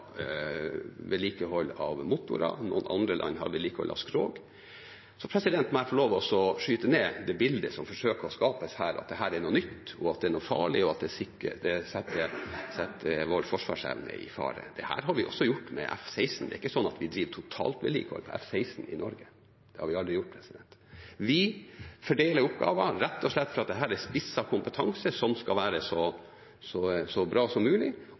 vedlikehold av motorer og noen andre land har vedlikehold av skrog. Så må jeg få lov til å skyte ned det bildet som man forsøker å skape her, av at dette er noe nytt, og at det er noe farlig, og at det setter vår forsvarsevne i fare. Dette har vi også gjort med F-16. Det er ikke slik at vi driver med totalvedlikehold av F-16 i Norge, det har vi aldri gjort. Vi fordeler oppgaver rett og slett fordi dette er spisset kompetanse som skal være så bra som mulig.